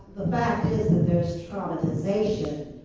fact is that there's traumatization,